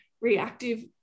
reactive